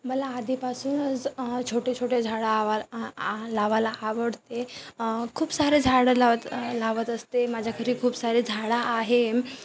मला आधीपासूनच छोटे छोटे झाडं आवा लावायला आवडते खूप सारे झाडं लावत लावत असते माझ्या घरी खूप सारे झाडं आहे